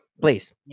please